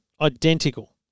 identical